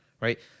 right